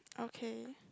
okay